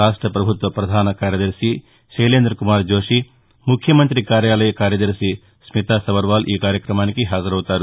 రాష్ట ప్రభుత్వ ప్రధాన కార్యదర్శి తైలేంద్ర కుమార్ జోషి ముఖ్యమంతి కార్యాలయ కార్యదర్శి స్మితాసబర్వాల్ ఈ కార్యక్రమానికి హాజరవుతారు